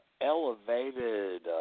elevated